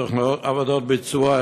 עבודות ביצוע,